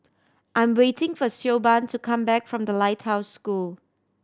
I'm waiting for Siobhan to come back from The Lighthouse School